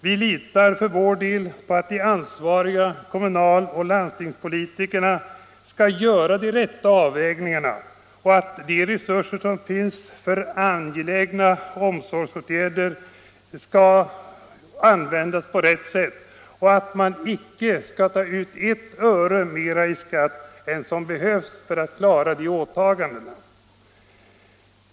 Vi litar för vår del på att de ansvariga kommunaloch landstingspolitikerna skall göra de rätta avvägningarna och att de resurser som finns för angelägna omsorgsåtgärder skall användas på rätt sätt samt att man inte tar ut ett öre mera i skatt än som behövs för att klara de åtagandena.